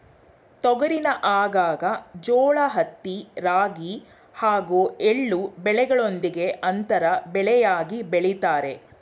ತೊಗರಿನ ಆಗಾಗ ಜೋಳ ಹತ್ತಿ ರಾಗಿ ಹಾಗೂ ಎಳ್ಳು ಬೆಳೆಗಳೊಂದಿಗೆ ಅಂತರ ಬೆಳೆಯಾಗಿ ಬೆಳಿತಾರೆ